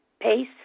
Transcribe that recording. Pace